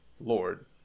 Lord